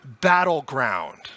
battleground